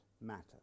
matter